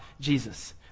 Jesus